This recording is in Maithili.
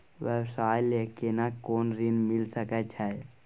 व्यवसाय ले केना कोन ऋन मिल सके छै?